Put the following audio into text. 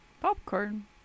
Popcorn